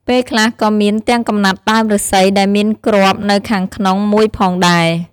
ពេលខ្លះក៏មានទាំងកំណាត់ដើមឫស្សីដែលមានគ្រាប់នៅខាងក្នុង១ផងដែរ ។